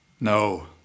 No